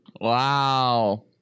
Wow